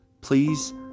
Please